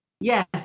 Yes